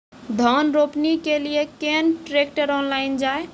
धान रोपनी के लिए केन ट्रैक्टर ऑनलाइन जाए?